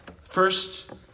First